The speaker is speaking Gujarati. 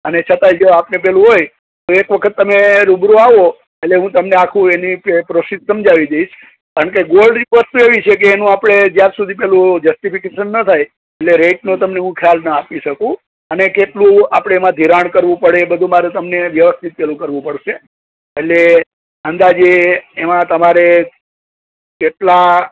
અને છતાંય જો આપને પેલું હોય તો એક વખત તમે રૂબરૂ આવો એટલે હું તમને આખું એની જે પ્રોસેસ સમજાવી દઇશ કારણકે ગોલ્ડ એક વસ્તુ એવી છે કે એનું આપણે જ્યાં સુધી પેલું જસ્ટીફિકેસન ન થાય એટલે રેટનો તમને હું બહુ ખ્યાલ ના આપી શકું અને કેટલું આપણે એમાં ધિરાણ કરવું પડે એ બધું મારે તમને વ્યવસ્થિત પેલું કરવું પડશે એટલે અંદાજે એમાં તમારે કેટલા